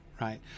right